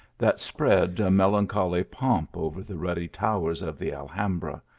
that spread a melancholy pomp over the ruddy towers of the alhambra,